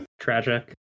tragic